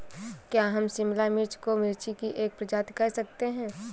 क्या हम शिमला मिर्च को मिर्ची की एक प्रजाति कह सकते हैं?